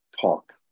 talk